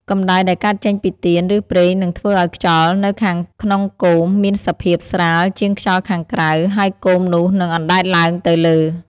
កម្តៅដែលកើតចេញពីទៀន ឬប្រេងនឹងធ្វើឲ្យខ្យល់នៅខាងក្នុងគោមមានសភាពស្រាលជាងខ្យល់ខាងក្រៅ ហើយគោមនោះនឹងអណ្តែតឡើងទៅលើ។